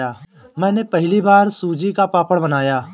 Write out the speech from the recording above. मैंने पहली बार सूजी का पापड़ बनाया